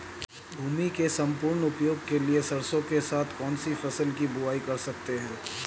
भूमि के सम्पूर्ण उपयोग के लिए सरसो के साथ कौन सी फसल की बुआई कर सकते हैं?